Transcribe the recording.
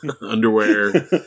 underwear